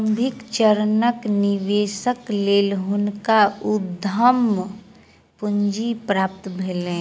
प्रारंभिक चरणक निवेशक लेल हुनका उद्यम पूंजी प्राप्त भेलैन